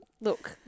Look